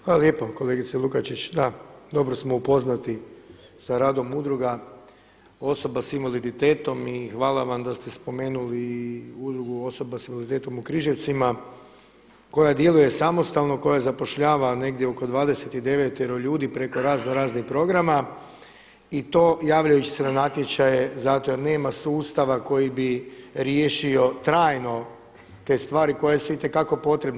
Hvala lijepa kolegice Lukačić, da, dobro smo upoznati sa radom udruga osoba sa invaliditetom i hvala vam da ste spomenuli i Udrugu osoba sa invaliditetom u Križevcima koja djeluje samostalno, koja zapošljava negdje oko 29-tero ljudi preko razno raznih programa i to javljajući se na natječaje zato jer nema sustava koji bi riješio trajno te stvari koje su itekako potrebne.